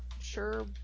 sure